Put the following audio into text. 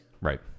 Right